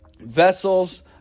vessels